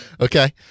Okay